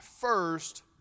First